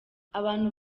abantu